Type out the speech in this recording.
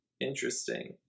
interesting